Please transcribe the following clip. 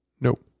Nope